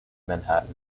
manhattan